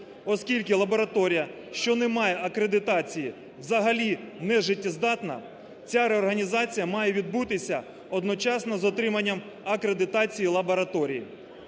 оскільки лабораторія, що не має акредитації, взагалі не життєздатна, ця реорганізація має відбутися одночасно з отриманням акредитації лабораторії.